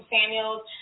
Samuels